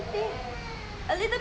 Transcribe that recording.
my generation is